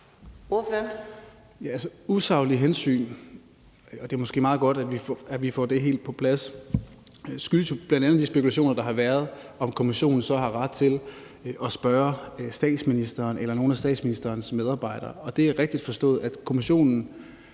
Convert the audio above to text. usaglige hensyn – og det er måske meget godt, at vi får det helt på plads – skyldes jo bl.a. de spekulationer, der har været, om kommissionen så har ret til at spørge statsministeren eller nogle af statsministerens medarbejdere. Og det er rigtigt forstået, at kommissionen